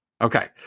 Okay